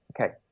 Okay